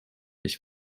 mis